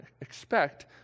expect